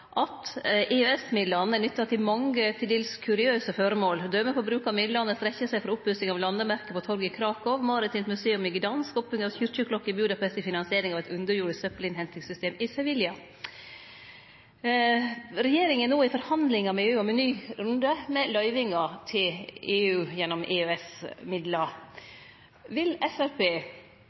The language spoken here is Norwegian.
påpeiker at EØS-midla er nytta til mange til dels kuriøse føremål. Døme på bruk av midlane strekkjer seg frå oppussing av landemerke på torget i Krakow, maritimt museum i Gdansk og oppussing av kyrkjeklokke i Budapest til finansiering av eit underjordisk søppelinnhentingssystem i Sevilla. Regjeringa er no i forhandlingar med EU om ein ny runde med løyvingar gjennom EØS-midlar. Vil